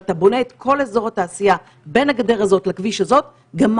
ואתה בונה את כל אזור התעשייה בין הגדר הזאת לכביש הזה גמרת,